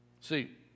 See